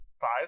Five